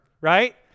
right